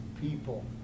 people